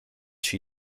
she